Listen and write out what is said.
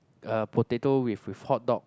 uh potato with with hot dog